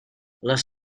les